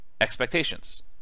expectations